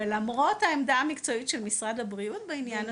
ולמרות העמדה המקצועית של משרד הבריאות בעניין הזה,